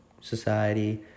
society